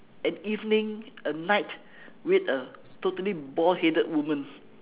an evening a night with a totally bald headed woman